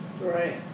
Right